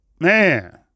Man